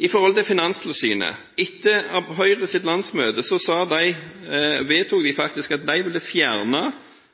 Når det gjelder Finanstilsynet, vedtok Høyre på sitt landsmøte at de